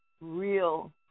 real